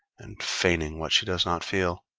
and feigning what she does not feel.